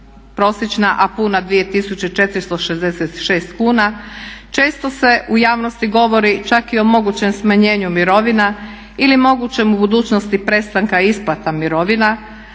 oko 2266, a puna 2466 kuna. Često se u javnosti govori čak i o mogućem smanjenju mirovina ili mogućeg u budućnosti prestanka isplata mirovina.